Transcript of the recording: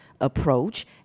approach